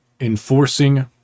enforcing